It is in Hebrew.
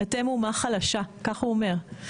אתם אומה חלשה, ככה הוא אומר.